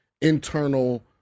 internal –